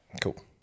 cool